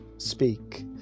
Speak